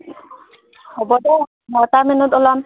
হ'ব দে নটামানত ওলাম